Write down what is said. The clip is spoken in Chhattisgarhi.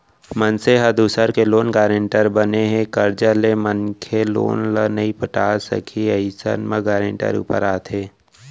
मनसे ह दूसर के लोन गारेंटर बने हे, करजा ले मनखे लोन ल नइ सकिस अइसन म गारेंटर ऊपर आथे